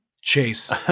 Chase